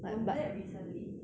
was that recently